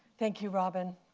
thank you, robin.